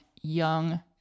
young